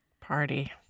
Party